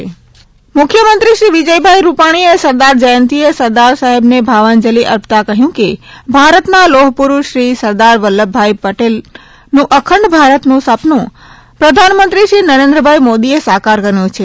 એકતાદોડ મુખ્યમંત્રી શ્રી વિજયભાઇ રૂપાણીએ સરદાર જ્યંતિએ સરદાર સાહેબને ભાવાજલી અર્પતા કહ્યું કે ભારતના લોફ પુરૂષ શ્રી સરદાર વલ્લભભાઇ પટેલનો અંખડ ભારતનું સપનું પ્રધાનમંત્રી શ્રી નરેન્દ્રભાઇ મોદીએ સાકાર કર્યું છે